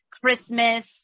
Christmas